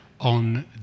on